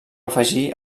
afegir